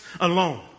alone